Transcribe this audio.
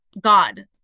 God